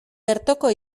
bertoko